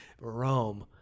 Rome